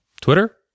Twitter